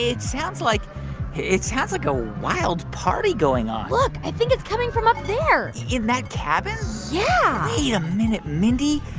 it sounds like it sounds like a wild party going on look. i think it's coming from up there in that cabin? yeah wait a minute, mindy.